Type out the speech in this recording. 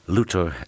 Luther